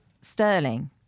Sterling